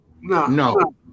no